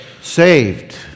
saved